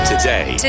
Today